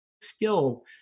skill